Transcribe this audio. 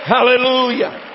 Hallelujah